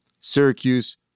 Syracuse